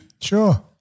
Sure